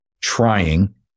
trying